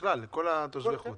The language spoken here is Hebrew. בכלל, לכל תושבי החוץ.